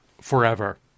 forever